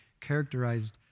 characterized